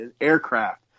aircraft